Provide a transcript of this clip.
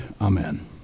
Amen